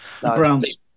Brown's